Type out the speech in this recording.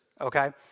Okay